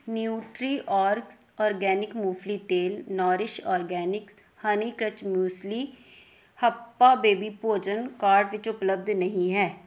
Nutriorgs organic ਮੂੰਗਫਲੀ ਦਾ ਤੇਲ Nourish Organics honey crunch muesli ਅਤੇ ਹੱਪਾ ਬੇਬੀ ਭੋਜਨ ਕਾਰਟ ਵਿੱਚ ਉਪਲੱਬਧ ਨਹੀਂ ਹੈ